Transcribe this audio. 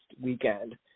weekend